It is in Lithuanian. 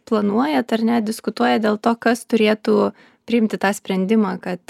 planuojat ar ne diskutuoja dėl to kas turėtų priimti tą sprendimą kad